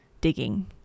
digging